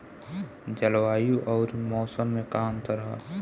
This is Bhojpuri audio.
जलवायु अउर मौसम में का अंतर ह?